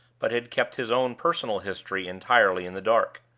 but had kept his own personal history entirely in the dark.